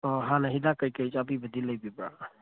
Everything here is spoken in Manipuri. ꯑꯥ ꯍꯥꯟꯅ ꯍꯤꯗꯥꯛ ꯀꯔꯤ ꯀꯔꯤ ꯆꯥꯕꯤꯕꯗꯤ ꯂꯩꯕꯤꯕ꯭ꯔꯥ